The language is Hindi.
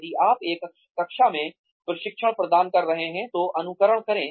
यदि आप एक कक्षा में प्रशिक्षण प्रदान कर रहे हैं तो अनुकरण करें